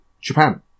Japan